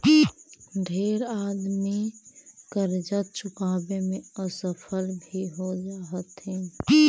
ढेर आदमी करजा चुकाबे में असफल भी हो जा हथिन